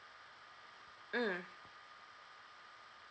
mm